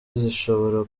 zishobora